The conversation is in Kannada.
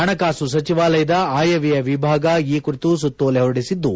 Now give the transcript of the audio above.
ಹಣಕಾಸು ಸಚಿವಾಲಯದ ಆಯವ್ಯಯ ವಿಭಾಗ ಈ ಕುರಿತು ಸುತ್ತೋಲೆ ಹೊರಡಿಸಿದ್ದು